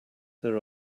there